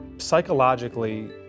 psychologically